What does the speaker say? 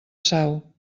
sau